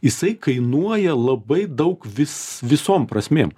jisai kainuoja labai daug vis visom prasmėm